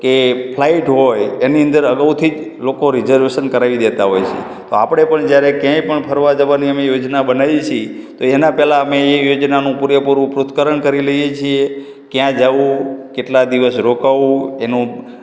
કે ફ્લાઇટ હોય એની અંદર અગાઉથી જ લોકો રિઝર્વેશન કરાવી દેતા હોય છે તો આપણે પણ જયારે ક્યાંય પણ ફરવા જવાની અમે યોજના બનાવીએ છીએ તો એના પહેલાં અમે એ યોજનાનું પૂરેપૂરું પૃથક્કરણ કરી લઈએ છીએ ક્યાં જવું કેટલા દિવસ રોકાવું એનું